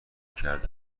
کرده